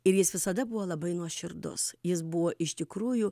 ir jis visada buvo labai nuoširdus jis buvo iš tikrųjų